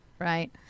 right